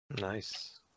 Nice